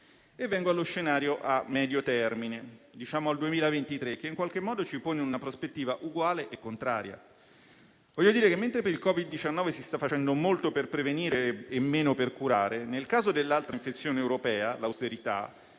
Vengo allo scenario a medio termine, diciamo al 2023, che in qualche modo ci pone in una prospettiva uguale e contraria. Voglio dire che, mentre per il Covid-19 si sta facendo molto per prevenire e meno per curare, nel caso dell'altra infezione europea, l'austerità,